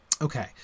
Okay